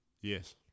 Yes